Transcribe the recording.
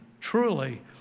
truly